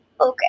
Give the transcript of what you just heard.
okay